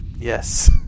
Yes